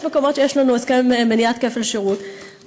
יש מקומות שיש לנו הסכם מניעת כפל שירות,